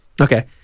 Okay